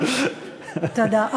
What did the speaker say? תודה.